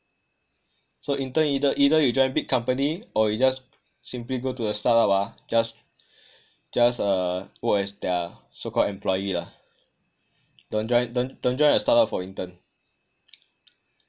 so intern ei~ either you join big company or you just simply go to a startup ah just just uh work as their so called employee lah don't join don't don't join a startup for intern